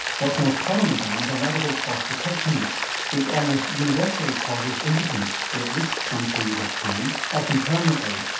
what's most commonly done is a radical prostatectomy which almost universally causes impotence for at least some period of time, often permanently,